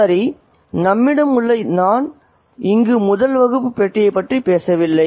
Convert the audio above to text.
சரி நம்மிடம் உள்ள நான் இங்கு முதல் வகுப்பு பெட்டியைப் பற்றி பேசவில்லை